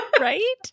Right